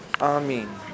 Amen